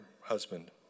husband